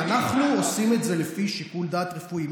אנחנו עושים את זה לפי שיקול דעת רפואי,